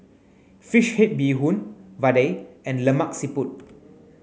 fish head Bee Hoon Vadai and Lemak Siput